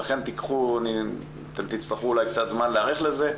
ולכך אתם תצטרכו אולי קצת זמן להיערך לזה,